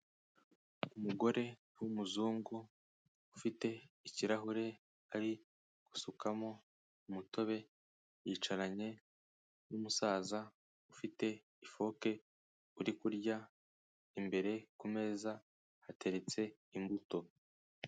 Umugore w'umuzungu ufite ikirahure ari gusukamo umutobe, yicaranye n'umusaza ufite ifoke, uri kurya, imbere kumeza hateretse imbuto.